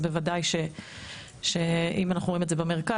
אז בוודאי שאם אנחנו רואים את זה במרכז,